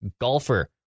GOLFER